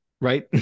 right